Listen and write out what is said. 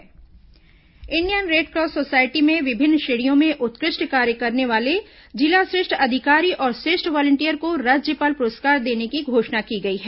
राज्यपाल पुरस्कार Indian Red Cross society में विभिन्न श्रेणियों में उत्कृष्ट कार्य करने वाले जिला श्रेष्ठ अधिकारी और श्रेष्ठ वॉलिंटियर को राज्यपाल पुरस्कार देने की घोषणा की गई है